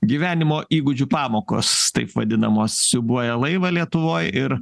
gyvenimo įgūdžių pamokos taip vadinamos siūbuoja laivą lietuvoj ir